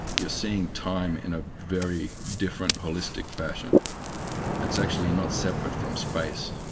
you're seeing time in a very different holistic fashion that's actually not separate from space.